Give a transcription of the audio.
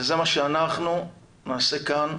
זה מה שאנחנו נעשה כאן,